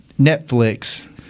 Netflix